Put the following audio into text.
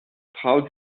traut